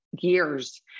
years